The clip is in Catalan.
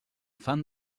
fan